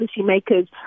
policymakers